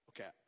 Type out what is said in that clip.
Okay